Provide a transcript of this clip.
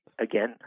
Again